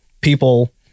people